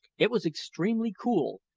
it was extremely cool,